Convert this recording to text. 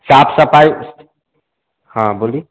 साफ़ सफ़ाई उस हाँ बोलिए